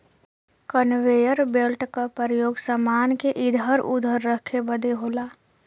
conveyor belt क परयोग समान के इधर उधर रखे बदे होला